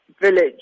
village